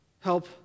Help